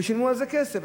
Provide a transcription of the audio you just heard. ושילמו על זה כסף.